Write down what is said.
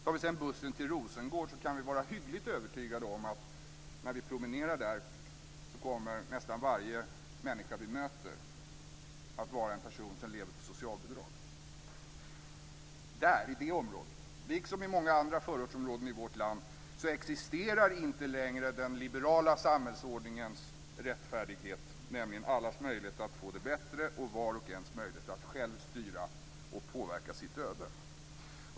Om vi tar bussen till Rosengård kan vi vara hyggligt övertygade om att nästan varje människa vi möter när vi promenerar där kommer att vara en person som lever på socialbidrag. I det området, liksom i många andra förortsområden i vårt land, existerar inte längre den liberala samhällsordningens rättfärdighet, nämligen allas möjlighet att få det bättre och vars och ens möjlighet att själv styra och påverka sitt öde.